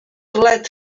let